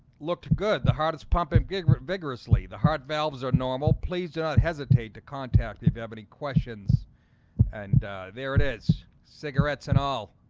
looked good the hardest pump in get vigorously the heart valves are normal. please do not hesitate to contact if you have any questions and there it is cigarettes and all